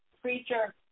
Creature